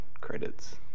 credits